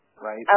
right